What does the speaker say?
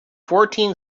fourteen